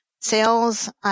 sales